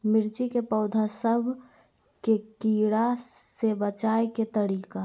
मिर्ची के पौधा सब के कीड़ा से बचाय के तरीका?